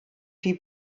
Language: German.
wie